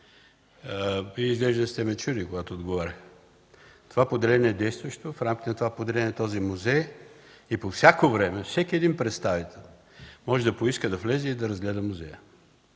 изглежда не сте ме чули, когато отговарях. Това поделение е действащо, в рамките на това поделение е този музей и по всяко време всеки един представител може да поиска да влезе и да разгледа музея.